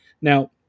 Now